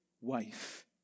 wife